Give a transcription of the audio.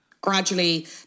gradually